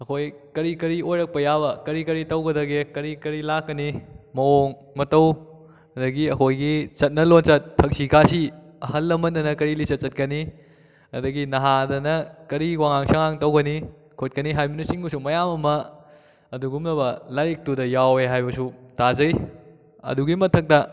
ꯑꯩꯈꯣꯏ ꯀꯔꯤ ꯀꯔꯤ ꯑꯣꯏꯔꯛꯄ ꯌꯥꯕ ꯀꯔꯤ ꯀꯔꯤ ꯇꯧꯒꯗꯒꯦ ꯀꯔꯤ ꯀꯔꯤ ꯂꯥꯛꯀꯅꯤ ꯃꯑꯣꯡ ꯃꯇꯧ ꯑꯗꯒꯤ ꯑꯩꯈꯣꯏꯒꯤ ꯆꯠꯅ ꯂꯣꯟꯆꯠ ꯊꯛꯁꯤ ꯈꯥꯁꯤ ꯑꯍꯜ ꯂꯃꯟꯗꯅ ꯀꯔꯤ ꯂꯤꯆꯠ ꯆꯠꯀꯅꯤ ꯑꯗꯒꯤ ꯅꯍꯥꯗꯅ ꯀꯔꯤ ꯋꯥꯉꯥꯡ ꯁꯥꯉꯥꯡ ꯇꯧꯒꯅꯤ ꯈꯣꯠꯀꯅꯤ ꯍꯥꯏꯕꯅ ꯆꯤꯡꯕꯁꯨ ꯃꯌꯥꯝ ꯑꯃ ꯑꯗꯨꯒꯨꯝꯂꯕ ꯂꯥꯏꯔꯤꯛꯇꯨꯗ ꯌꯥꯎꯋꯦ ꯍꯥꯏꯕꯁꯨ ꯇꯥꯖꯩ ꯑꯗꯨꯒꯤ ꯃꯊꯛꯇ